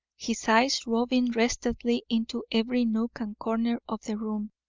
his eyes roving restlessly into every nook and corner of the room.